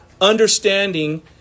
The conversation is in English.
understanding